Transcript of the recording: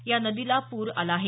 या नदीला पूर आला आहे